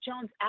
Jones